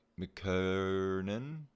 McKernan